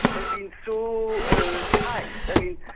have been so ah tight i mean,